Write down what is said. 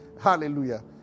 Hallelujah